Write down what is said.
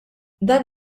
dan